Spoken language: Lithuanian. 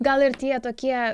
gal ir tie tokie